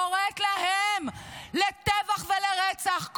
קוראת להם לטבח ולרצח,